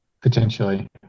potentially